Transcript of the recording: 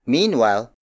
Meanwhile